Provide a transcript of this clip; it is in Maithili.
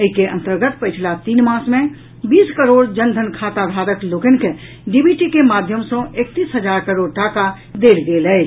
एहि के अन्तर्गत पछिला तीन मास मे बीस करोड़ जन धन खाताधारक लोकनि के डीबीटी के माध्यम सँ एकतीस हजार करोड़ टाका देल गेल अछि